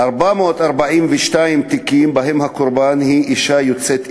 442 תיקים שבהם הקורבן היא אישה יוצאת אתיופיה,